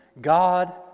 God